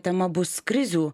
tema bus krizių